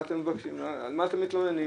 על מה אתם מתלוננים?